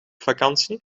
vakantie